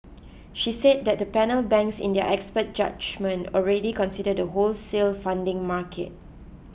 she said the panel banks in their expert judgement already consider the wholesale funding market